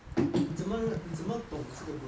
你怎么你怎么懂这个 group